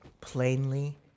plainly